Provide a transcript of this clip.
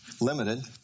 limited